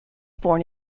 born